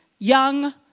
Young